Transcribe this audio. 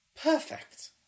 Perfect